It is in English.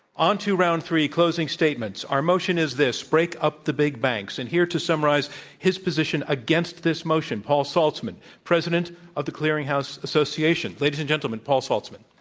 on to round three, closing statements. our motion is this, break up the big banks. and here to summarize his position against this motion, paul saltzman, president of the clearinghouse association. ladies and gentlemen, paul saltzman.